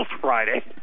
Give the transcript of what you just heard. Friday